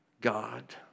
God